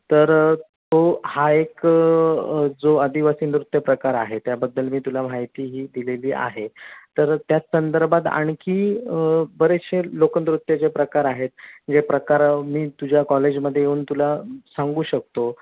तर तो हा एक जो आदिवासी नृत्यप्रकार आहे त्याबद्दल मी तुला माहिती ही दिलेली आहे तर त्याच संदर्भात आणखी बरेचसे लोकनृत्याचे प्रकार आहेत जे प्रकार मी तुझ्या कॉलेजमध्ये येऊन तुला सांगू शकतो